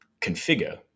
configure